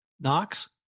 Knox